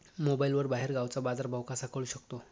मोबाईलवर बाहेरगावचा बाजारभाव कसा कळू शकतो?